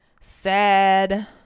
sad